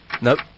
Nope